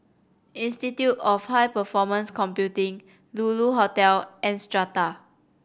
Institute of High Performance Computing Lulu Hotel and Strata